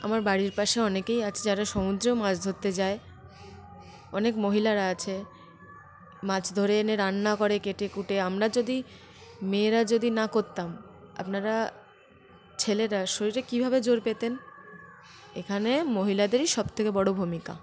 আমার বাড়ির পাশে অনেকেই আছে যারা সমুদ্রেও মাছ ধরতে যায় অনেক মহিলারা আছে মাছ ধরে এনে রান্না করে কেটে কুটে আমরা যদি মেয়েরা যদি না করতাম আপনারা ছেলেরা শরীরে কীভাবে জোর পেতেন এখানে মহিলাদেরই সব থেকে বড় ভূমিকা